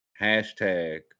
Hashtag